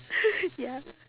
ya